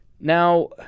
Now